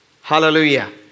Hallelujah